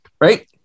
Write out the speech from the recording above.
right